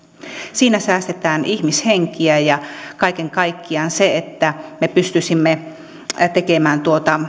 siinä säästetään ihmishenkiä ja kaiken kaikkiaan se että me pystyisimme tekemään